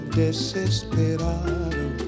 desesperado